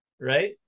Right